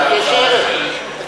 הדברים האלה לא יצאו מהדוכן הזה,